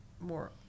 more